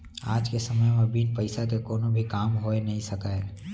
आज के समे म बिन पइसा के कोनो भी काम होइ नइ सकय